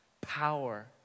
power